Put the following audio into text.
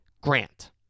Grant